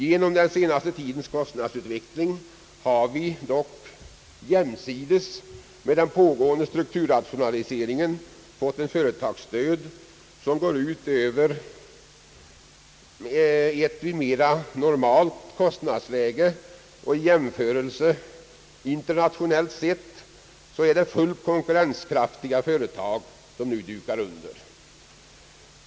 Genom den senaste tidens kostnadsutveckling har vi dock jämsides med den pågående strukturrationaliseringen fått en företagsdöd, som går ut över företag som vid ett mera normalt kostnadsläge, internationellt sett, är fullt konkurrenskraftiga, men som nu dukar under.